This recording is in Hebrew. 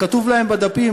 כתוב להם בדפים,